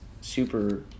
super –